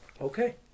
Okay